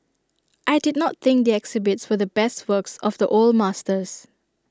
I did not think the exhibits were the best works of the old masters